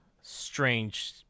strange